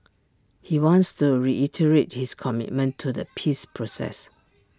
he wants to reiterate his commitment to the peace process